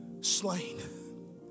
Slain